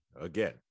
again